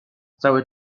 cały